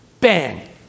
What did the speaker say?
Bang